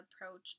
approach